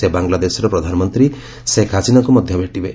ସେ ବାଙ୍ଗଲାଦେଶର ପ୍ରଧାନମନ୍ତ୍ରୀ ଶେଖ୍ ହସିନାଙ୍କୁ ମଧ୍ୟ ଭେଟିବେ